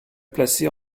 placé